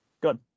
Good